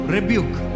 Rebuke